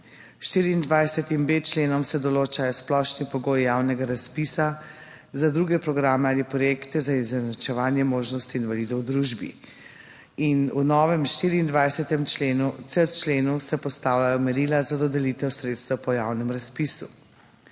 24b. členom se določajo splošni pogoji javnega razpisa za druge programe ali projekte za izenačevanje možnosti invalidov v družbi. V novem 24.c členu se postavljajo merila za dodelitev sredstev po javnem razpisu.